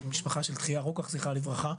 המשפחה של תחיה רוקח זכרה לברכה.